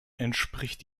entspricht